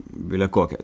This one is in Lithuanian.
bile kokia